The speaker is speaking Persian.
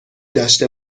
داشته